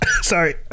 Sorry